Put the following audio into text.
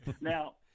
Now